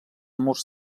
murs